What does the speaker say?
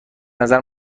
نظر